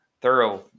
thorough